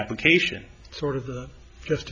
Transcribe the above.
application sort of just